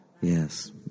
Yes